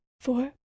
Four